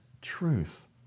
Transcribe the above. truth